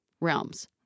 realms